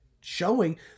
showing